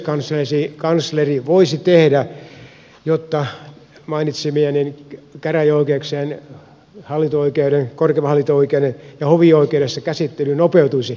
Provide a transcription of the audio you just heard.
mitä oikeuskansleri voisi tehdä jotta mainitsemissani käräjäoikeuksissa hallinto oikeudessa korkeimmassa hallinto oikeudessa ja hovioikeudessa käsittely nopeutuisi